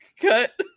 cut